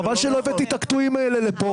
חבל שלא הבאתי את הקטועים האלה לפה.